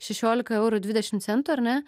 šešiolika eurų dvidešim centų ar ne